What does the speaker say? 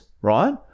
right